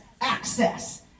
access